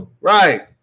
Right